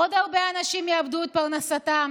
עוד הרבה אנשים יאבדו את פרנסתם.